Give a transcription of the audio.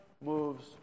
moves